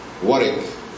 Warik